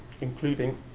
including